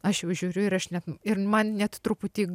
aš jau žiūriu ir aš net ir man net truputį